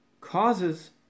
causes